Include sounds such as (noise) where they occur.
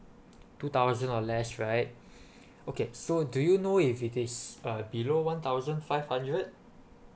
two thousand or less right (breath) okay so do you know if it is uh below one thousand five hundred